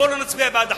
בוא לא נצביע בעד החוק.